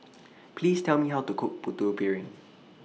Please Tell Me How to Cook Putu Piring